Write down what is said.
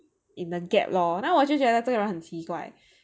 in the gap lor then 我就觉得这个人很奇怪